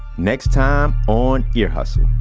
next time on ear hustle,